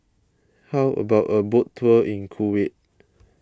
how about a boat tour in Kuwait